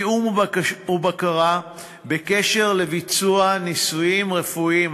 תיאום ובקרה בקשר לביצוע ניסויים רפואיים,